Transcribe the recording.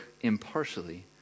impartially